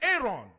Aaron